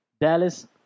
Dallas